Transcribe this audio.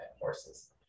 horses